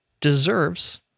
deserves